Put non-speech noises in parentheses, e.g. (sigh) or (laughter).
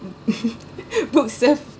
(laughs) books serve